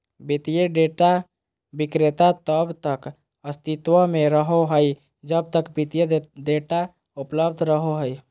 वित्तीय डेटा विक्रेता तब तक अस्तित्व में रहो हइ जब तक वित्तीय डेटा उपलब्ध रहो हइ